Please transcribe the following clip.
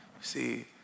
See